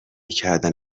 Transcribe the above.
کردن